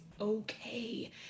okay